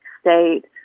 state